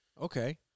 okay